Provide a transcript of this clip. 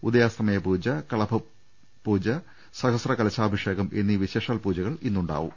ഉദയാസ്തമന പൂജ കളഭ പൂജ സഹസ്രകലശാഭിഷേകം എന്നീ വിശേഷാൽ പൂജകൾ ഇന്ന് ഉണ്ടാ വും